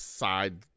side